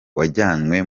wajyanywe